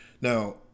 Now